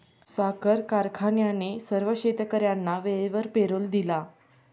साखर कारखान्याने सर्व शेतकर्यांना वेळेवर पेरोल दिला